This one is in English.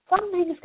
something's